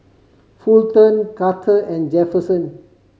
Fulton Carter and Jefferson